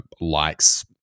likes